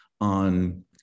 on